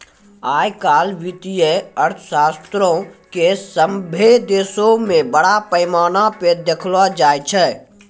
आइ काल्हि वित्तीय अर्थशास्त्रो के सभ्भे देशो मे बड़ा पैमाना पे देखलो जाय छै